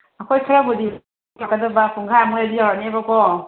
ꯑꯩꯈꯣꯏ ꯈꯔꯕꯨꯗꯤ ꯌꯧꯁꯤꯜꯂꯛꯀꯗꯕ ꯄꯨꯡꯈꯥꯏꯃꯨꯛ ꯂꯩꯔꯗꯤ ꯌꯧꯔꯛꯑꯅꯤꯕꯀꯣ